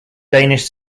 danish